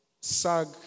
sag